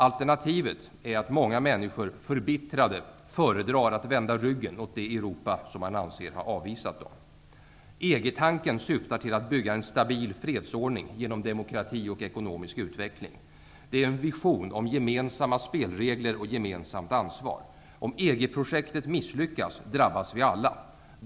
Alternativet är att många förbittrade människor föredrar att vända ryggen åt det Europa som de anser har avvisat dem. EG-tanken syftar till att bygga en stabil fredsordning genom demokrati och ekonomisk utveckling; det är en vision om gemensamma spelregler och gemensamt ansvar. Om EG projektet misslyckas, drabbas vi alla.